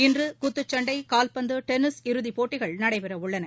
இன்று குத்துச்சண்டை கால்பந்து டென்னிஸ் இறுதிப் போட்டிகள் நடைபெறவுள்ளன